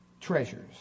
treasures